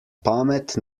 pamet